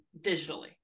digitally